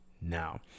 now